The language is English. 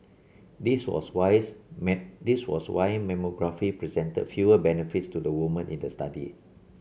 this was wines this was why mammography presented fewer benefits to the woman in the study